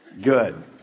Good